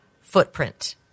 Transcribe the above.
footprint